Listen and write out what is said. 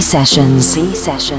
Sessions